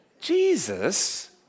Jesus